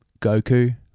Goku